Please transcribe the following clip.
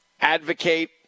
advocate